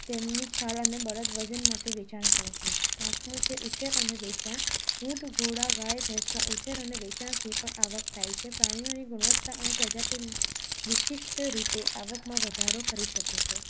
તેમની છાલ અને બળદ વજન માટે વેચાણ કરે છે પાંચમું છે ઉચક અને વેચાણ ઊંટ ઘોડા ગાય ભેંસના ઉછેર અને વેચાણથી પણ આવક થાય છે પ્રાણીઓની ગુણવત્તા અને પ્રજાતિ વિશિષ્ટ રીતે આવકમાં વધારો કરી શકે છે